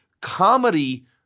Comedy